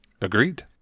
Agreed